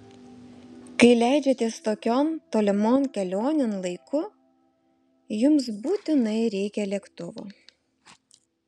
kai leidžiatės tokion tolimon kelionėn laiku jums būtinai reikia lėktuvo